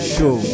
Show